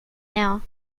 now